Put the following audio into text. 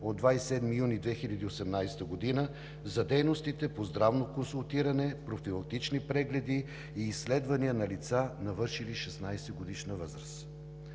от 27 юни 2018 г. за дейностите по здравно консултиране, профилактични прегледи и изследвания на лица, навършили 16 годишна възраст.